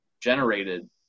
generated